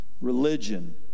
Religion